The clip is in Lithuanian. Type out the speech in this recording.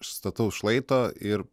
stataus šlaito ir